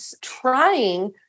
trying